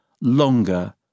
longer